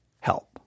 help